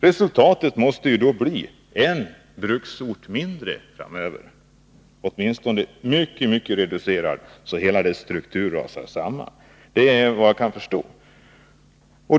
Resultatet måste då bli en bruksort mindre framöver. Åtminstone blir industrin mycket reducerad, så att hela dess struktur rasar samman. Det är resultatet efter vad jag förstår.